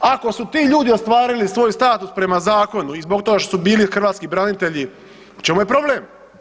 Ako su ti ljudi ostvarili svoj status prema zakonu i zbog toga što su bili hrvatski branitelji u čemu je problem?